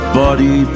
body